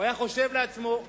הוא היה חושב לעצמו: